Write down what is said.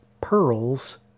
Pearl's